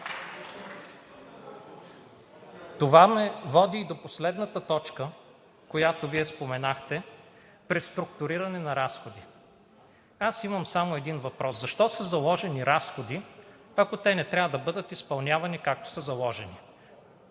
Това ме води и до последната точка, която Вие споменахте – преструктуриране на разходи. Аз имам само един въпрос: защо са заложени разходи, ако те не трябва да бъдат изпълнявани, както са заложени?